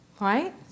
Right